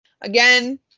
Again